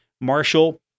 Marshall